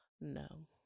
no